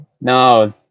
no